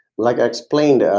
like i explained, ah